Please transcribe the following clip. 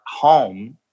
home